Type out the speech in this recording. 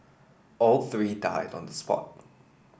all three died on the spot